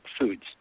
foods